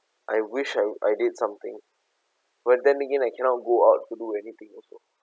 I wish I I did something when then again I cannot go out to do anything also